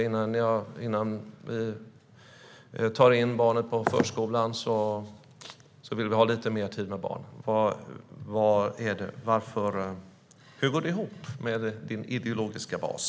Innan vårt barn börjar på förskolan vill vi ha lite mer tid hemma med det. Hur går det ihop med din ideologiska bas?